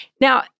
Now